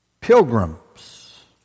pilgrims